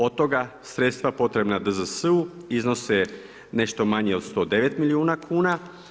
Od toga sredstva potrebna DZS-u iznose nešto manje od 109 milijuna kuna.